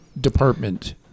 department